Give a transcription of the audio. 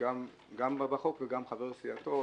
גם בחוק וגם חבר סיעתו.